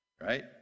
right